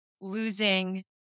losing